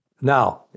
Now